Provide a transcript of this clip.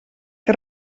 que